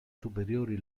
superiori